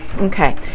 Okay